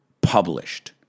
Published